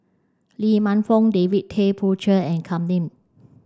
Lee Man Fong David Tay Poey Cher and Kam Ning